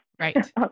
Right